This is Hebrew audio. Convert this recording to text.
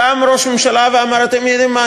קם ראש הממשלה, ואמר: אתם יודעים מה?